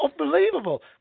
Unbelievable